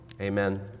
Amen